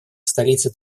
столице